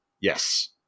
Yes